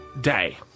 day